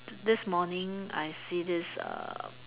this morning I see this err